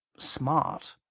smart?